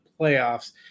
playoffs